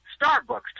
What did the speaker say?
Starbucks